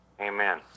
amen